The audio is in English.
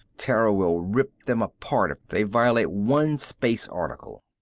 terra will rip them apart if they violate one space article.